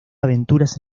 aventuras